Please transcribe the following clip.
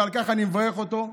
ועל כך אני מברך אותו,